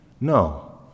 No